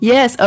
Yes